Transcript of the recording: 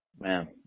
man